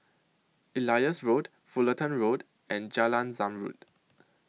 Elias Road Fullerton Road and Jalan Zamrud